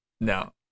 No